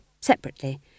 separately